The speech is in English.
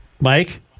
Mike